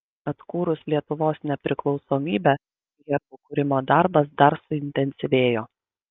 atkūrus lietuvos nepriklausomybę herbų kūrimo darbas dar suintensyvėjo